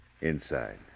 Inside